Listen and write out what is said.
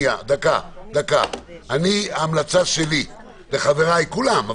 ההמלצה שלי לחבריי כולם,